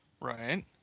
Right